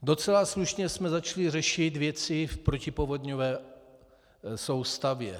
Docela slušně jsme začali řešit věci v protipovodňové soustavě.